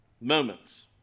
Moments